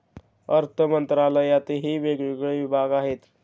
अर्थमंत्रालयातही वेगवेगळे विभाग आहेत